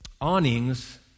awnings